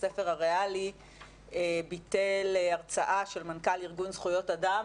בית הספר הריאלי ביטל הרצאה של מנכ"ל ארגון זכויות אדם,